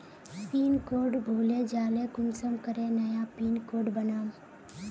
Pin code भूले जाले कुंसम करे नया पिन कोड बनाम?